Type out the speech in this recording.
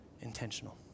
intentional